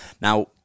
now